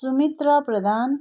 Sumitra Pradhan